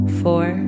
four